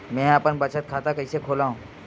मेंहा अपन बचत खाता कइसे खोलव?